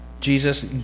Jesus